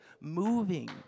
moving